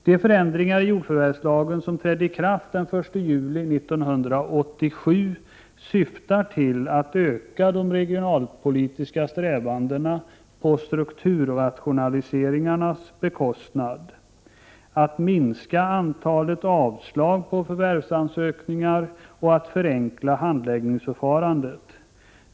De förändringar i jordförvärvslagen som trädde i kraft den 1 juli 1987 syftar till att öka de regionalpolitiska strävandena på bekostnad av strukturrationalisering, att minska antalet avslag på förvärvsansökningar och att förenkla handläggningsförfarandet.